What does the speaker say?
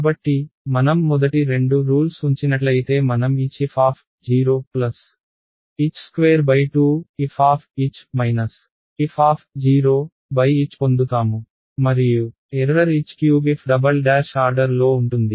కాబట్టి మనం మొదటి రెండు రూల్స్ ఉంచినట్లయితే మనం hfh22f fh పొందుతాము మరియు ఎర్రర్ h3f" ఆర్డర్ లో ఉంటుంది